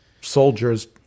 soldiers